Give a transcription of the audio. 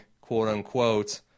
quote-unquote